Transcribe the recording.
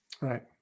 right